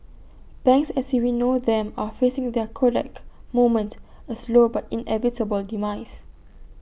banks as we know them are facing their Kodak moment A slow but inevitable demise